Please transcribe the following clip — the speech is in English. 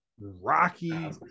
rocky